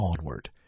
onward